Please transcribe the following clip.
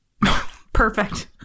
Perfect